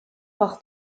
par